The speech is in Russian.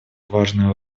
важную